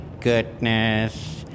goodness